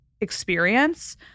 experience